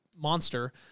monster